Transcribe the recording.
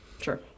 Sure